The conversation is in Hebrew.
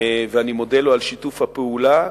ואני מודה לו על שיתוף הפעולה.